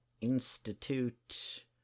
Institute